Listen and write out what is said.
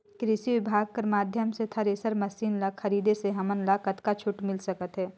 कृषि विभाग कर माध्यम से थरेसर मशीन ला खरीदे से हमन ला कतका छूट मिल सकत हे?